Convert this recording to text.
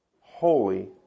holy